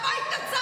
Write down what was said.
על מה התנצלת?